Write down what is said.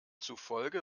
zufolge